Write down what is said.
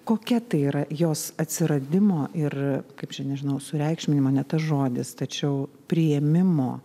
kokia tai yra jos atsiradimo ir kaip čia nežinau sureikšminimo ne tas žodis tačiau priėmimo